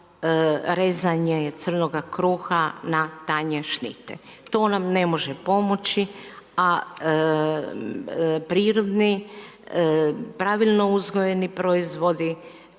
rezanje crnoga kruha na tanje šnite. To nam ne može pomoći a prirodni, pravilno uzgojeni proizvodi